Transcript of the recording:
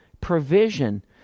provision